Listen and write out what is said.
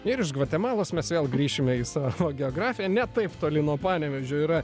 ir iš gvatemalos mes vėl grįšime į savo geografiją ne taip toli nuo panevėžio yra